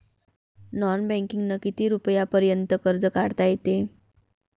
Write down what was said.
Non बँकिंगनं किती रुपयापर्यंत कर्ज काढता येते?